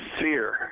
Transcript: fear